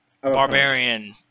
barbarian